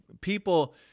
people